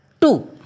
Two